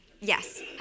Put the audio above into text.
Yes